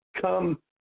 come